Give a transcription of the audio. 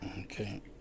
Okay